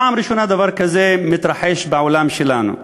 פעם ראשונה דבר כזה מתרחש בעולם שלנו.